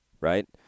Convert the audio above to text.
right